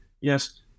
Yes